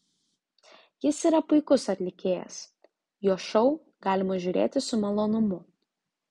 jis yra puikus atlikėjas jo šou galima žiūrėti su malonumu